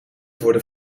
worden